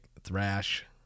thrash